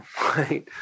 right